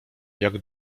jak